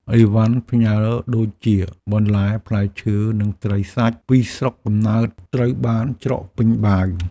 អីវ៉ាន់ផ្ញើដូចជា បន្លែ ផ្លែឈើ និងត្រីសាច់ពីស្រុកកំណើតត្រូវបានច្រកពេញបាវ។